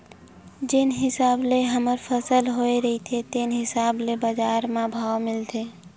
जेन हिसाब ले हमर फसल ह होए रहिथे तेने हिसाब ले बजार म भाव मिलथे